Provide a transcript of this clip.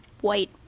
white